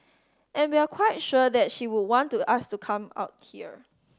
and we're quite sure that she would want to us to come out here